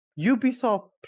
ubisoft